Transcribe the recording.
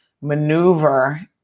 maneuver